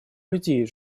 людей